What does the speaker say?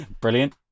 Brilliant